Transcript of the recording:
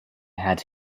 had